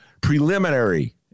preliminary